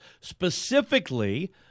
specifically